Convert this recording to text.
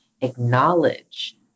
acknowledge